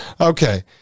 Okay